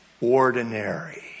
ordinary